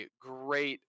great